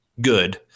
good